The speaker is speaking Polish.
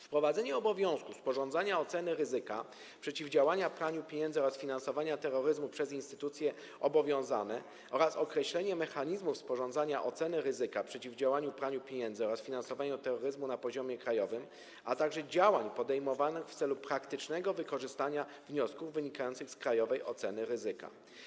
Wprowadzenie obowiązku sporządzania oceny ryzyka prania pieniędzy oraz finansowania terroryzmu przez instytucje obowiązane oraz określenie mechanizmów sporządzania oceny ryzyka prania pieniędzy oraz finansowania terroryzmu na poziomie krajowym, a także działań podejmowanych w celu praktycznego wykorzystania wniosków wynikających z krajowej oceny ryzyka.